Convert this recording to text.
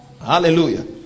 hallelujah